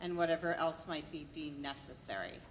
and whatever else might be necessary